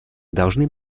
должны